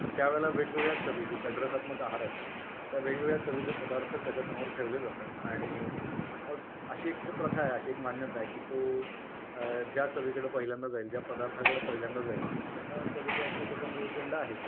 तर त्यावेळेला वेगवेगळ्या चवी जे षड्रसात्मक आहार आहेत त्या वेगवेगळ्या चवींचे पदार्थ त्याच्यासमोर ठेवले जातात आणि मग अशी एक प्रथा आहे अशी एक मान्यता आहे की तो ज्या चवीकडं पहिल्यांदा जाईल ज्या पदार्थाकडं पहिल्यांदा जाईल तशा चवीचा तो त्याचा मूळ पिंड आहे